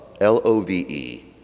L-O-V-E